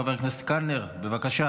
חבר הכנסת קלנר, בבקשה,